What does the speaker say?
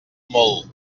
molt